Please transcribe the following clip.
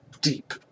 deep